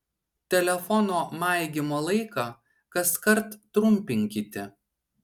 telefono maigymo laiką kaskart trumpinkite